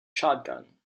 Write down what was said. shotgun